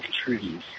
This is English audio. trees